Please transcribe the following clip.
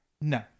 No